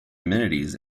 amenities